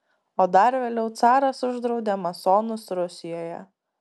o dar vėliau caras uždraudė masonus rusijoje